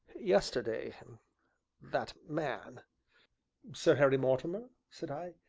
yesterday that man sir harry mortimer? said i.